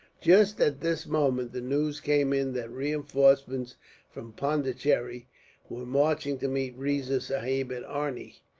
just at this moment, the news came in that reinforcements from pondicherry were marching to meet riza sahib at arni,